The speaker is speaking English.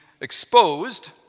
exposed